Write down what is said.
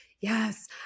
yes